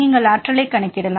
நீங்கள் ஆற்றலைக் கணக்கிடலாம்